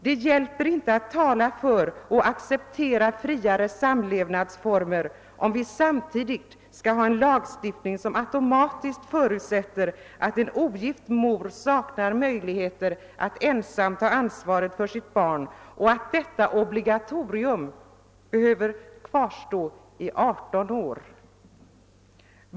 Det hjälper inte att tala för och acceptera friare samlevnadsformer, om vi samtidigt har en lagstiftning som automatiskt förutsätter att en ogift mor saknar möjlighet att ensam ta ansvaret för sitt barn och att detta obligatorium behöver kvarstå i 18 år.